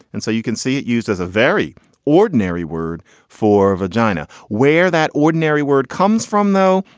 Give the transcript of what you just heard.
and so you can see it used as a very ordinary word for vagina. where that ordinary word comes from, though,